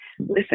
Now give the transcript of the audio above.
Listen